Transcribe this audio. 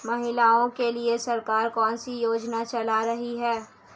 महिलाओं के लिए सरकार कौन सी योजनाएं चला रही है?